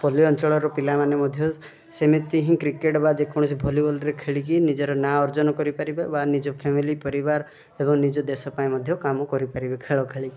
ପଲ୍ଲୀ ଅଞ୍ଚଳରୁ ପିଲାମାନେ ମଧ୍ୟ ସେମିତି ହିଁ କ୍ରିକେଟ୍ ବା ଯେକୌଣସି ଭଲିବଲ୍ରେ ଖେଳିକି ନିଜର ନାଁ ଅର୍ଜନ କରିପାରିବେ ବା ନିଜ ଫ୍ୟାମିଲି ପରିବାର ଏବଂ ନିଜ ଦେଶ ପାଇଁ ମଧ୍ୟ କାମ କରିପାରିବେ ଖେଳ ଖେଳିକି